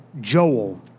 Joel